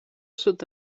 sud